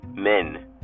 men